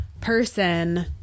person